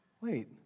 Wait